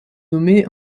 nommée